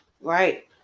Right